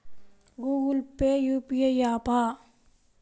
Google pay UPI య్యాపా?